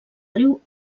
riu